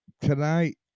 tonight